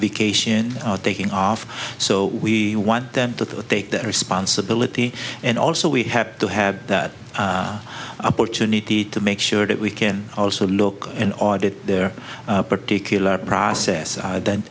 vacation taking off so we want them to take that responsibility and also we have to have that opportunity to make sure that we can also look in audit their particular process and the